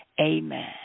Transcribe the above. Amen